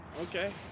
Okay